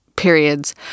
Periods